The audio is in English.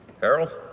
Harold